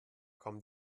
kommen